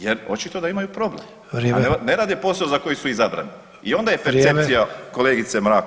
Jer očito da imaju probleme [[Upadica Ante Sanader: Vrijeme.]] a ne rade problem za koji su izabrani i onda je percepcija kolegice Mrak